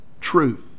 truth